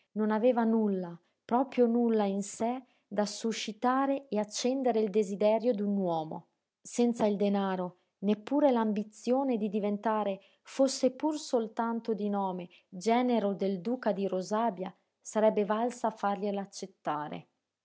non aveva nulla proprio nulla in sé da suscitare e accendere il desiderio d'un uomo senza il danaro neppure l'ambizione di diventare fosse pur soltanto di nome genero del duca di rosàbia sarebbe valsa a fargliela accettare